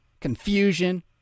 confusion